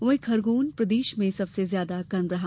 वहीं खरगोन प्रदेश में सबसे ज्यादा गर्म रहा